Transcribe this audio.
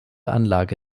anlage